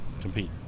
Compete